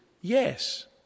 yes